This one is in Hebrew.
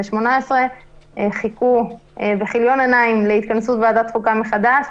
הן חיכו בכיליון עיניים להתכנסות ועדת החוקה מחדש,